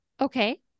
Okay